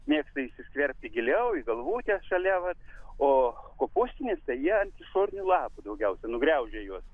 mėgsta įsiskverbti giliau į galvutę šalia vat o kopūstinis tai jie ant išorinių lapų daugiausiai nugraužia juos